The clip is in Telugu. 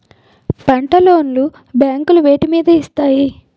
పంట లోన్ లు బ్యాంకులు వేటి మీద ఇస్తాయి?